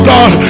God